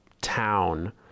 town